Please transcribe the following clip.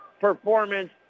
performance